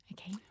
Okay